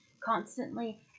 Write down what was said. Constantly